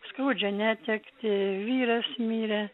skaudžią netektį vyras mirė